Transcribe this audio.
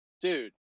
dude